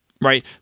Right